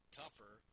tougher